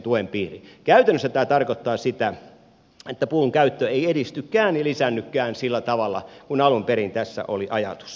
käytännössä tämä tarkoittaa sitä että puun käyttö ei edistykään ei lisäännykään sillä tavalla kuin alun perin tässä oli ajatus